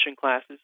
classes